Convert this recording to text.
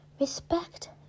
Respect